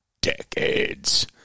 decades